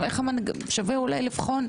שווה אולי לבחון.